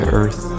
earth